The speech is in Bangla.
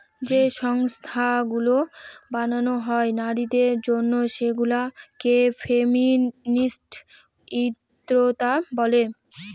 যে সংস্থাগুলো বানানো হয় নারীদের জন্য সেগুলা কে ফেমিনিস্ট উদ্যোক্তা বলে